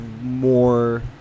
more